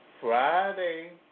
Friday